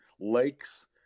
lakes